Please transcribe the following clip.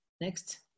Next